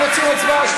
הם רוצים הצבעה,